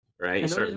right